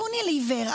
יוניליוור,